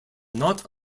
not